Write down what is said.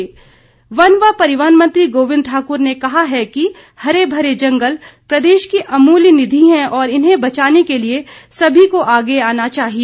गोविंद ठाकुर वन व परिवहन मंत्री गोविंद ठाकुर ने कहा है कि हरे मरे जंगल प्रदेश की अमूल्य निधि है और इन्हें बचाने के लिए सभी को आगे आना चाहिए